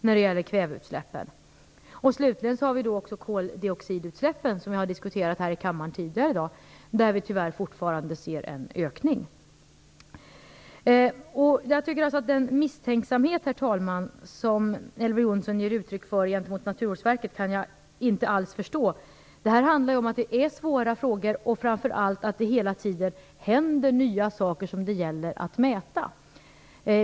Slutligen gäller det koldioxidutsläppen, som vi tidigare i dag har diskuterat här i kammaren. Där ser vi, tyvärr, fortfarande en ökning. Herr talman! Den misstänksamhet gentemot Naturvårdsverket som Elver Jonsson ger uttryck för kan jag inte alls förstå. Det handlar ju om svåra frågor, och framför allt händer det hela tiden nya saker som det gäller att mäta.